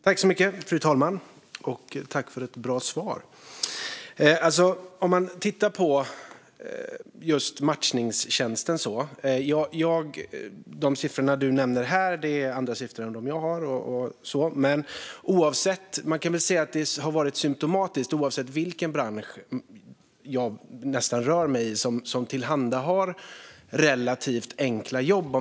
Fru talman! Jag tackar Eva Nordmark för ett bra svar. De siffror som Eva Nordmark nämnde om matchningstjänster är andra än de siffror jag har. Man kan dock säga att detta har varit symtomatiskt för branscher som tillhandahåller relativt enkla jobb.